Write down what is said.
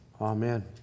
Amen